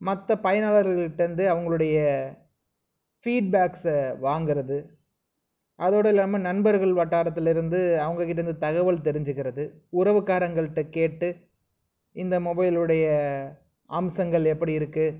மற்ற பயனாளர்கள்டேருந்து அவங்களுடைய ஃபீட்பேக்ஸை வாங்கிறது அதோடய இல்லாமல் நண்பர்கள் வட்டாரத்துலேருந்து அவங்க கிட்டேருந்து தகவல் தெரிஞ்சுக்கிறது உறவுகாரங்கள்ட கேட்டு இந்த மொபைலுடைய அம்சங்கள் எப்படி இருக்குது